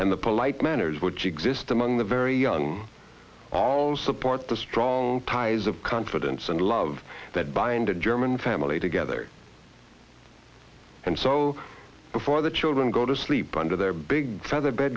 and the polite manners but she exists among the very young always support the strong ties of confidence and love that bind a german family together and so before the children go to sleep under their big feather bed